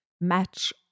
match